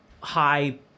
high